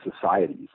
societies